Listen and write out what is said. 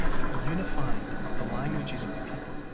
it unified the languages of the people,